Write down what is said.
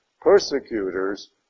persecutors